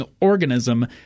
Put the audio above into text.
organism